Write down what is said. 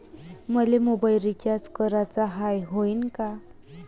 मले mobile recharge कराचा हाय, होईनं का?